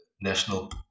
National